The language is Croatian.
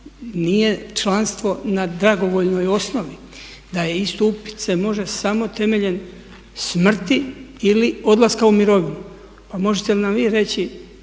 nije članstvo na dragovoljnoj osnovi, da se istupit može samo temeljem smrti ili odlaska u mirovinu. Pa možete li nam vi reći,